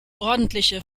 ordentliche